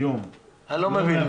אני לא מבין.